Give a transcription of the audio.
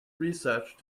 research